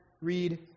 read